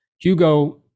Hugo